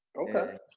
Okay